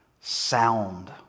sound